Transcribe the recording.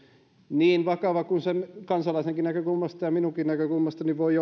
niin vakava kuin se kansalaisen näkökulmasta ja minunkin näkökulmastani voi